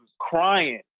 crying